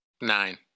Nine